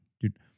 dude